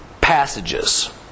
passages